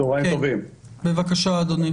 בבקשה.